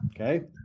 Okay